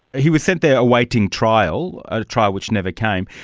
he was sent there awaiting trial, a trial which never came.